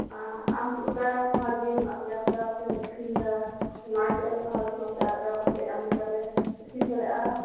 ᱟᱨ ᱟᱢ ᱪᱮᱜ ᱞᱮᱠᱟ ᱵᱷᱟᱜᱤᱢ ᱟᱨᱡᱟᱣ ᱮ ᱫᱟ ᱥᱮᱢ ᱟᱠᱷᱨᱤᱧ ᱮᱫᱟ ᱚᱱᱟ ᱜᱮ ᱟᱞᱮ ᱦᱚᱸ ᱱᱚᱛᱮ ᱟᱨᱠᱤ ᱟᱨᱡᱟᱣ ᱠᱟᱛᱮᱫ ᱟᱢ ᱞᱮᱠᱟ ᱞᱮ ᱟᱠᱷᱨᱤᱧ ᱫᱟᱲᱮᱭᱟᱜᱼᱟ